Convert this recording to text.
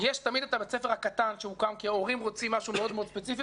יש תמיד את בית הספר הקטן שהוקם כי ההורים רוצים משהו מאוד-מאוד ספציפי,